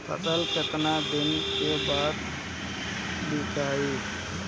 फसल केतना दिन बाद विकाई?